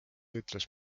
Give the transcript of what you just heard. ütles